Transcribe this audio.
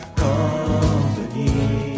company